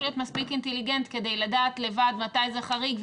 להיות מספיק אינטליגנט כדי לדעת לבד מתי זה חריג,